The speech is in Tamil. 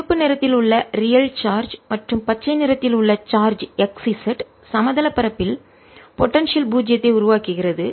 சிவப்பு நிறத்தில் உள்ள ரியல் சார்ஜ் மற்றும் பச்சை நிறத்தில் உள்ள சார்ஜ் x z சமதள பரப்பில் போடன்சியல் பூஜ்ஜியத்தை உருவாக்குகிறது